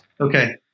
Okay